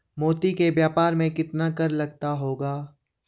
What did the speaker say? मोती के व्यापार में कितना कर लगता होगा?